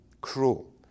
cruel